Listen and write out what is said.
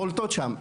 הן בולטות שם,